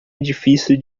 edifício